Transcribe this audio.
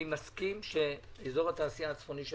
אני מסכים שאזור התעשייה הצפוני של